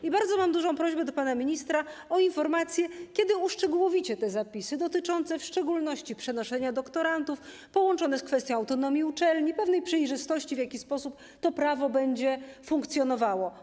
Mam bardzo dużą prośbę do pana ministra o informację, kiedy uszczegółowicie zapisy dotyczące w szczególności przenoszenia doktorantów, połączone z kwestią autonomii uczelni, pewnej przejrzystości tego, w jaki sposób to prawo będzie funkcjonowało.